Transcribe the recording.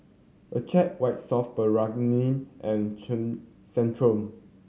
Accucheck White Soft Paraffin and Chay Centrum